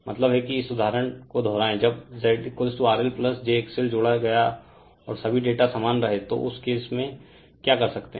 मतलब है कि इस उदाहरण को दोहराएं जब ZRL jXL जोड़ा गया और सभी डेटा समान रहे तो इस केस में क्या कर सकते हैं